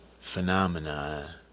phenomena